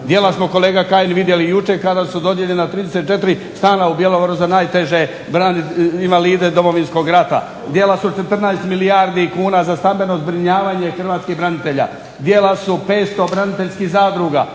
Djela smo kolega Kajin vidjeli jučer kada su dodijeljena 34 stana u Bjelovaru za najteže invalide Domovinskog rata, djela su 14 milijardi kuna za stambeno zbrinjavanje hrvatskih branitelja, djela su 500 braniteljskih zadruga,